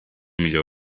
millor